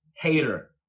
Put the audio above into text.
hater